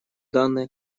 данная